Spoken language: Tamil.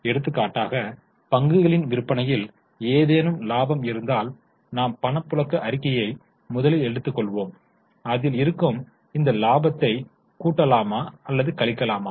எடுத்துக்காட்டாக பங்குகளின் விற்பனையில் ஏதேனும் லாபம் இருந்தால் நாம் பணப்புழக்க அறிக்கையை முதலில் எடுத்துக் கொள்வோம் அதில் இருக்கும் இந்த லாபத்தை கூட்டலாமா அல்லது களிக்கலாமா